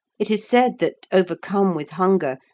it is said that, overcome with hunger,